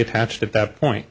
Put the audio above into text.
attached at that point